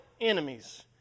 enemies